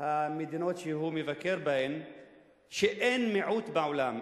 המדינות שהוא מבקר בהן שאין מיעוט בעולם,